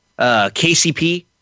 KCP